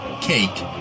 Cake